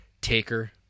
Taker